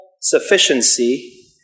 sufficiency